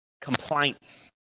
complaints